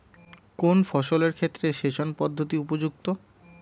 কোন ফসলের ক্ষেত্রে সেচন পদ্ধতি উপযুক্ত?